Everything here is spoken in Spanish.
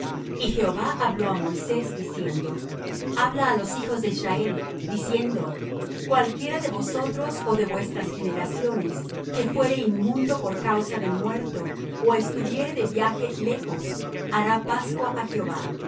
y jehová habló á moisés diciendo habla á los hijos de israel diciendo cualquiera de vosotros ó de vuestras generaciones que fuere inmundo por causa de muerto ó estuviere de viaje lejos hará pascua á jehová